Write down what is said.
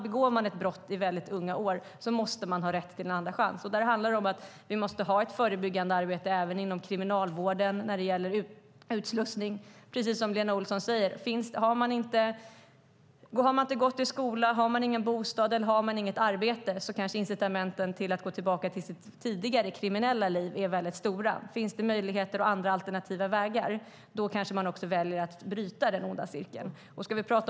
Begår man ett brott i väldigt unga år måste man ha rätt till en andra chans. Vi måste ha ett förebyggande arbete även inom kriminalvården när det gäller utslussning. Det är precis som Lena Olsson säger, att om man inte har gått i skola eller har någon bostad eller något jobb kanske incitamenten att gå tillbaka till det kriminella livet är väldigt stora. Finns det alternativa vägar kanske man också väljer att bryta den onda cirkeln.